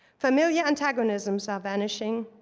familiar antagonisms are vanishing.